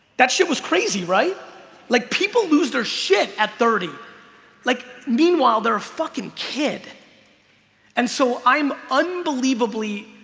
that shit was crazy. right like people lose their shit at thirty like meanwhile, they're a fucking kid and so i'm unbelievably